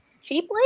cheaply